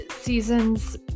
seasons